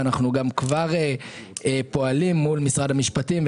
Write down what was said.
ואנחנו כבר פועלים גם מול משרד המשפטים.